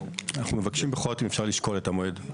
אנחנו מבקשים בכל זאת אם אפשר לשקול את המועד.